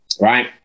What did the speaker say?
right